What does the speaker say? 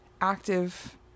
active